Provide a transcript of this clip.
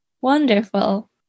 Wonderful